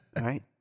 Right